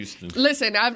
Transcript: listen